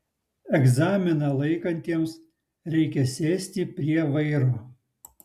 egzaminą laikantiems reikia sėsti prie vairo